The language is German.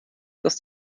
das